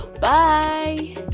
bye